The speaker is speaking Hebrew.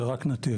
זה רק נתיב.